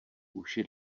uši